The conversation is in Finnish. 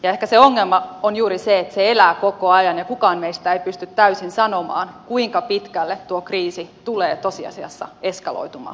ehkä se ongelma on juuri se että se elää koko ajan ja kukaan meistä ei pysty täysin sanomaan kuinka pitkälle tuo kriisi tulee tosiasiassa eskaloitumaan